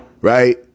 Right